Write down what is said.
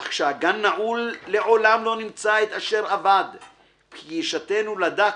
אך כשהגן נעול לעולם לא נמצא את אשר אבד/ פגישתנו לדק